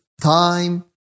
time